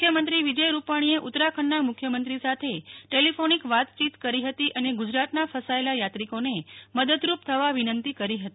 મુખ્યમંત્રી વિજય રૂપાણીએ ઉત્તરાખંડના મુખ્યમંત્રી સાથે ટેલીફોનીક વાતયીત કરી હતી અને ગુજરાતના ફસાયેલા યાત્રીકોને મદદરૂપ થવા વિનંતી કરી હતી